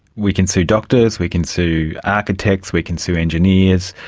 we can sue doctors, we can sue architects, we can sue engineers,